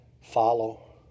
Follow